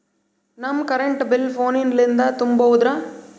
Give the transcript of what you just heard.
ನಮ್ current bill ಫೋನ ಲಿಂದೇ ತುಂಬೌದ್ರಾ?